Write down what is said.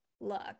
look